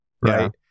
right